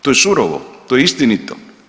To je surovo, to je istinito.